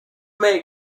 may